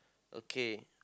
okay